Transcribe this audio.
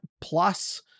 plus